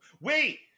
wait